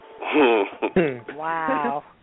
Wow